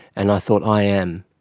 and i thought i am.